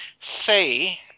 say